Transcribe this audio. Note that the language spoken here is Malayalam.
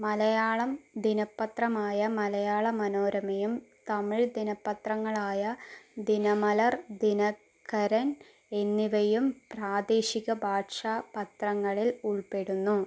മലയാളം ദിനപത്രമായ മലയാള മനോരമയും തമിഴ് ദിനപത്രങ്ങളായ ദിനമലർ ദിനകരൻ എന്നിവയും പ്രാദേശിക ഭാഷാ പത്രങ്ങളിൽ ഉൾപ്പെടുന്നു